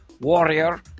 warrior